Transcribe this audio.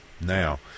Now